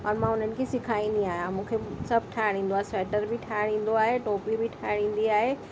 और मां उन्हनि खे सेखारींदी आहियां मूंखे सभु ठाहिणु ईंदो आहे स्वेटर बि ठाहिणु ईंदो आहे टोपी बि ठाहिणु ईंदी आहे